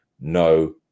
no